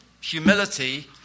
humility